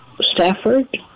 Stafford